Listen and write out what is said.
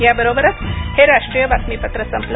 या बरोबरच हे राष्ट्रीय बातमीपत्र संपलं